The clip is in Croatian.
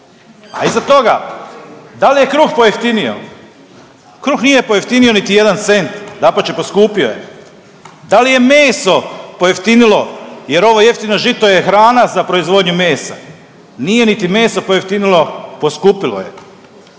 a iza toga dal je kruh pojeftinio? Kruh nije pojeftinio niti jedan cent, dapače poskupio je. Da li je meso pojeftinilo jer ovo jeftino žito je hrana za proizvodnju mesa? Nije niti meso pojeftinilo, poskupilo je.